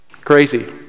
Crazy